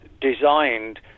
designed